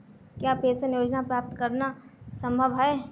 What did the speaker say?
क्या पेंशन योजना प्राप्त करना संभव है?